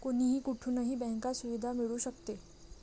कोणीही कुठूनही बँक सुविधा मिळू शकते